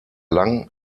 lang